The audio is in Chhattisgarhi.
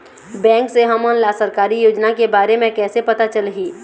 बैंक से हमन ला सरकारी योजना के बारे मे कैसे पता चलही?